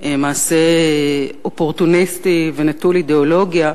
מעשה אופורטוניסטי ונטול אידיאולוגיה,